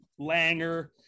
Langer